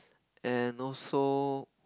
and also